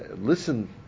listen